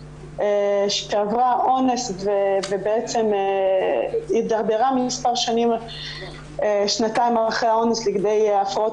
שעברה אונס ובעצם הידרדרה שנתיים אחרי האונס לכדי הפרעות